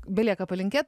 belieka palinkėt